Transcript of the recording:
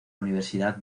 universidad